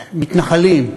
מתנחלים,